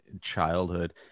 childhood